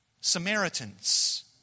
Samaritans